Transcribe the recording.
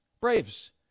Braves